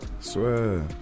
swear